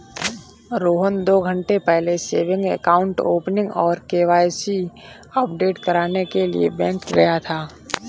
रोहन दो घन्टे पहले सेविंग अकाउंट ओपनिंग और के.वाई.सी अपडेट करने के लिए बैंक गया था